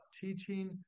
teaching